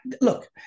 look